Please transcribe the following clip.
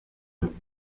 eux